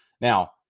Now